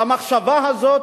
והמחשבה הזאת,